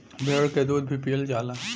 भेड़ क दूध भी पियल जाला